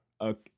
Okay